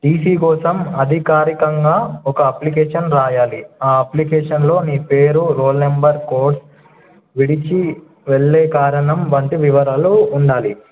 TC కోసం అధికారికంగా ఒక అప్లికేషన్ రాయాలి ఆ అప్లికేషన్లో నీ పేరు రోల్ నెంబర్ కోర్స్ విడిచి వెళ్ళే కారణం వంటి వివరాలు ఉండాలి